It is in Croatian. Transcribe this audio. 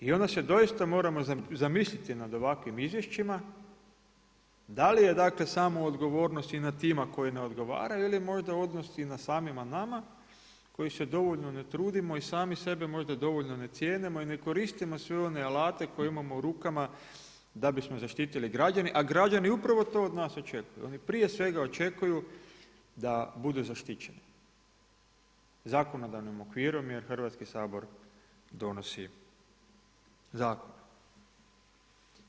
I onda se doista moramo zamisliti nad ovakvim izvješćima da li je dakle, samo odgovornost i nad tima koji ne odgovaraju ili možda u odnosu i na samima nama koji se dovoljno ne trudimo i sami sebe možda dovoljno ne cijenimo i ne koristimo sve one alate koje imamo u rukama da bismo zaštitili građane a građani upravo to od nas očekuju, oni prije svega očekuju da budu zaštićeni zakonodavnim okvirom jer Hrvatski sabor donosi zakone.